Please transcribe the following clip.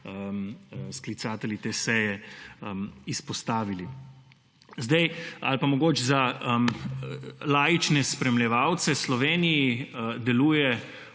sklicatelji te seje izpostavili. Zdaj, ali pa mogoče za laične spremljevalce. V Sloveniji deluje